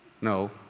No